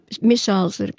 missiles